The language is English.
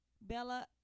Bella